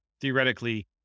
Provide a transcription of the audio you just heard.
theoretically